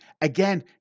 Again